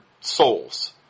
souls